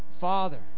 Father